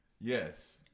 Yes